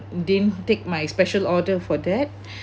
didn't take my special order for that